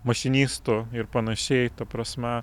mašinistų ir panašiai ta prasme